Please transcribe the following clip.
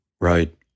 Right